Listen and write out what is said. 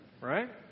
Right